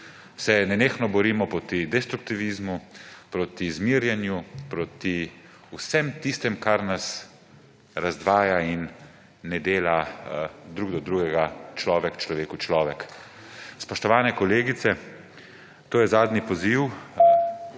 se nenehno borimo proti destruktivizmu, proti zmerjanju, proti vsem tistem, kar nas razvaja in ne dela drug do drugega človek človeku človek. Spoštovane kolegice in kolegi, to je zadnji poziv,